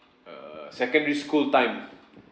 err secondary school time